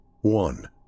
One